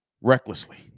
recklessly